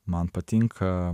man patinka